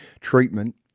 treatment